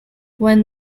when